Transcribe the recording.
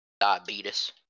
Diabetes